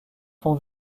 font